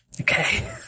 Okay